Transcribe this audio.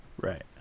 Right